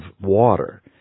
water